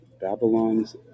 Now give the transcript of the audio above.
Babylon's